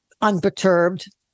unperturbed